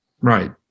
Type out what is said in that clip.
Right